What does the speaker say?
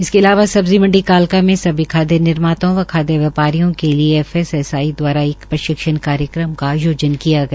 इसके अलावा सब्जी मण्डी कालका में सभी खाद्य निर्माताओं व खाद्य व्यापारियों के लिए एफएसएसआई दवारा एक प्रशिक्षण कार्यक्रम का आयोजन किया गया